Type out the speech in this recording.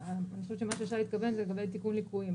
מה ששי התכוון זה לגבי תיקון ליקויים.